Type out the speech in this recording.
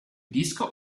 disco